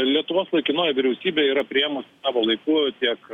lietuvos laikinoji vyriausybė yra priėmusi savo laiku tiek